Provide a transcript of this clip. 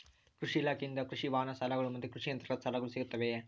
ಕೃಷಿ ಇಲಾಖೆಯಿಂದ ಕೃಷಿ ವಾಹನ ಸಾಲಗಳು ಮತ್ತು ಕೃಷಿ ಯಂತ್ರಗಳ ಸಾಲಗಳು ಸಿಗುತ್ತವೆಯೆ?